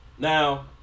Now